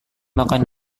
makan